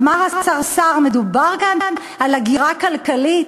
אמר השר סער: מדובר כאן על הגירה כלכלית.